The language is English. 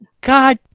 God